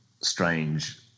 strange